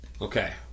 Okay